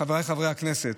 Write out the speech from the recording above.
חבריי חברי הכנסת,